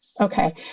okay